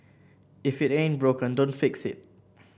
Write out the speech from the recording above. if it ain't broken don't fix it